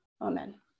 Amen